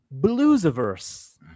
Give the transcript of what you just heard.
Bluesiverse